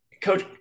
coach